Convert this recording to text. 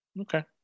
Okay